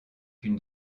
une